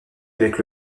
avec